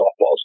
Softballs